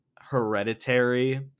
Hereditary